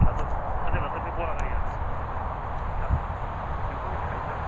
जोंनाथ' जोंनाथ' बे ब'रागारिनियानो जेन'बा गामिया नोंथ' मिथिखायोखा